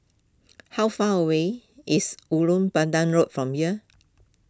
how far away is Ulu Pandan Road from here